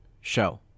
show